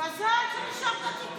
אפילו הקואליציה לא באה,